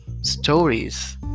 stories